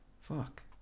fuck